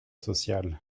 social